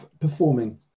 performing